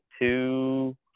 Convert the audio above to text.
two